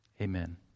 amen